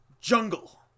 Jungle